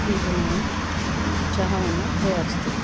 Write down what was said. ಹೀಗೆ ನಾವು ಚಹಾವನ್ನ ತಯಾರ್ಸ್ತೀವಿ